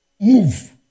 move